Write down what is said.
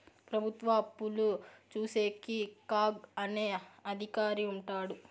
ప్రభుత్వ అప్పులు చూసేకి కాగ్ అనే అధికారి ఉంటాడు